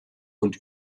und